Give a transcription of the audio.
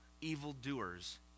evildoers